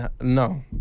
No